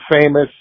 famous